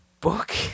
book